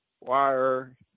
wire